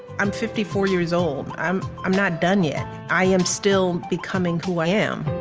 i'm fifty four years old. i'm i'm not done yet. i am still becoming who i am.